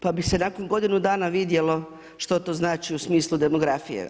Pa bi se nakon godinu dana vidjelo što to znači u smislu demografije.